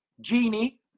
Genie